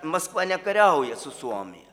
maskva nekariauja su suomija